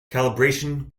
calibration